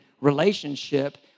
relationship